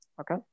Okay